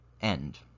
end